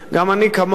גם אני כמוך,